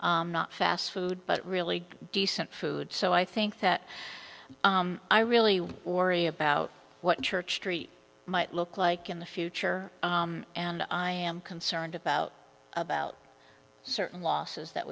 food not fast food but really decent food so i think that i really worry about what church street might look like in the future and i am concerned about about certain losses that